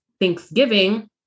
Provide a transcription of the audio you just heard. Thanksgiving